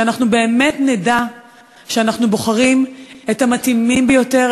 שאנחנו באמת נדע שאנחנו בוחרים את המתאימים ביותר,